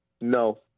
No